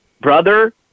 brother